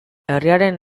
herriaren